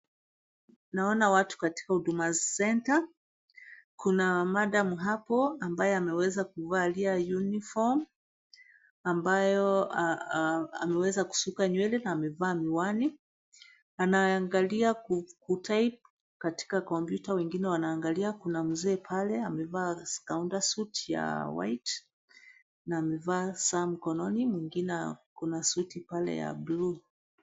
Naona watu katika Huduma Centre. Kuna madam hapo, ambaye ameweza kuvalia uniform . Ambayo ameweza kusuka nywele na amevaa miwani. Anaangalia kutype katika kompyuta wengine wanaangalia kuna mzee pale amevaa kaunda suit ya white na amevaa saa mkononi, mwingine ako na suti pale ya bluu.